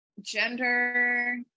gender